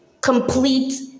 complete